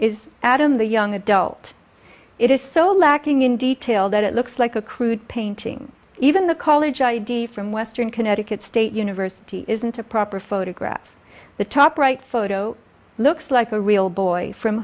is adam the young adult it is so lacking in detail that it looks like a crude painting even the college id from western connecticut state university isn't a proper photograph the top right photo looks like a real boy from